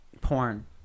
Porn